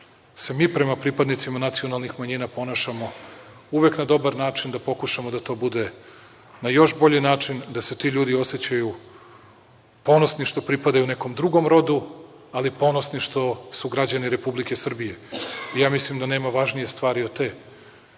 se mi prema pripadnicima nacionalnim manjina ponašamo uvek na dobar način, da pokušamo da to bude na još bolji način, da se ti ljudi osećaju ponosni što pripadaju nekom drugom rodu, ali ponosni što su građani Republike Srbije. Mislim da nema važnije stvari od te